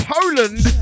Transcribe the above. Poland